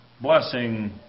blessing